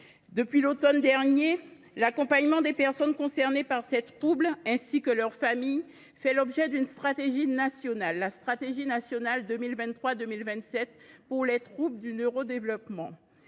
Depuis l’automne dernier, l’accompagnement des personnes concernées par ces troubles, ainsi que leur famille fait l’objet de la stratégie nationale 2023 2027 pour les troubles du neurodéveloppement.